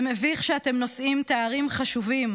זה מביך שאתם נושאים תארים חשובים